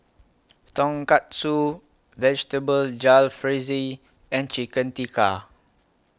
Tonkatsu Vegetable Jalfrezi and Chicken Tikka